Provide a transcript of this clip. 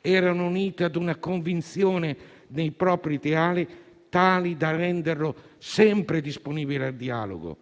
erano unite a una convinzione nei propri ideali, tali da renderlo sempre disponibile al dialogo,